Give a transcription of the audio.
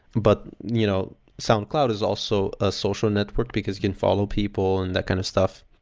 but you know soundcloud is also a social network because can follow people and that kind of stuff.